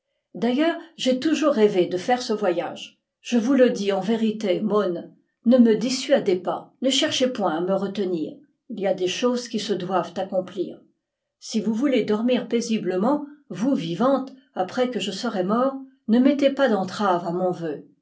d'ailleurs j'ai toujours rêvé de faire ce voyage je vous le dis en vérité mon ne me dissuadez pas ne cherchez point à me retenir il y a des choses qui se doivent accomplir si vous voulez dormir paisiblement vous vivante après que je serai mort ne mettez pas d'entraves à mon vœu